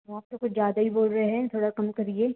आप तो कुछ ज़्यादा ही बोल रहे हैं थोड़ा कम करिए